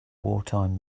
wartime